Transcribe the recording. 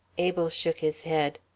abel shook his head.